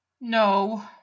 No